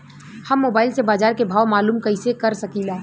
हम मोबाइल से बाजार के भाव मालूम कइसे कर सकीला?